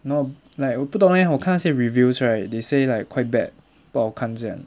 no like 我不懂 eh 我看那些 reviews right they say like quite bad 不好看这样